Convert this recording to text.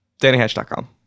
dannyhatch.com